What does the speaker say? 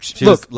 Look